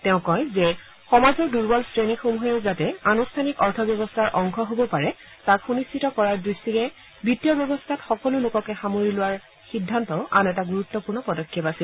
তেওঁ কয় যে সমাজৰ দুৰ্বল শ্ৰেণীসমূহেও যাতে আনুষ্ঠানিক অৰ্থব্যৱস্থাৰ অংশ হব পাৰে তাক সুনিশ্চিত কৰাৰ দৃষ্টিৰে বিত্তীয় ব্যৱস্থাত সকলো লোককে সামৰি লোৱাৰ সিদ্ধান্তও আন এটা গুৰুত্বপূৰ্ণ পদক্ষেপ আছিল